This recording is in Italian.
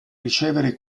ricevere